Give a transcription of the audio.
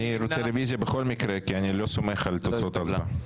אני רוצה רביזיה בכל מקרה כי אני לא סומך על תוצאות ההצבעה.